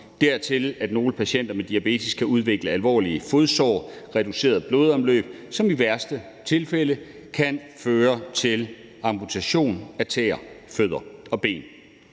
dertil kan nogle patienter med diabetes udvikle alvorlige fodsår og reduceret blodomløb, som i værste tilfælde kan føre til amputation af tæer, fødder og ben.